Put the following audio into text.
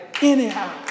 anyhow